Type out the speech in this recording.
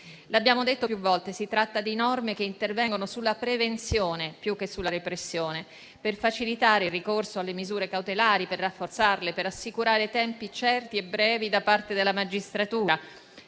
Lo abbiamo detto più volte: si tratta di norme che intervengono sulla prevenzione più che sulla repressione, per facilitare il ricorso alle misure cautelari, per rafforzarle per assicurare tempi certi e brevi da parte della magistratura.